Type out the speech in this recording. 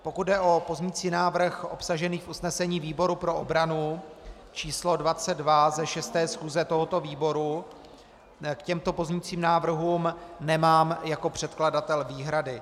Pokud jde o pozměňující návrh obsažený v usnesení výboru pro obranu číslo 22 ze šesté schůze tohoto výboru, k těmto pozměňujícím návrhům nemám jako předkladatel výhrady.